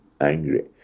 angry